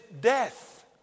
death